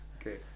Okay